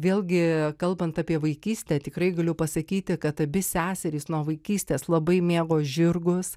vėlgi kalbant apie vaikystę tikrai galiu pasakyti kad abi seserys nuo vaikystės labai mėgo žirgus